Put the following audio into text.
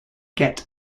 get